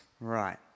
Right